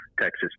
Texas